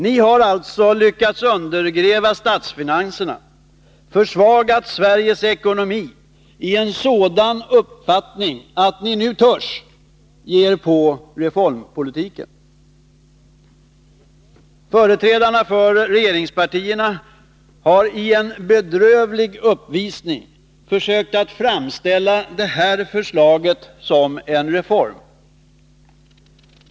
Ni har alltså lyckats undergräva statsfinanserna och försvagat Sveriges ekonomi i en sådan omfattning att ni nu törs ge er på reformpolitiken. Företrädarna för regeringspartierna har i en bedrövlig uppvisning försökt framställa det föreliggande förslaget som en reform.